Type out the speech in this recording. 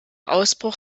ausbruch